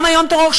גם היום טרור.